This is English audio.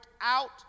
out